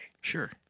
Sure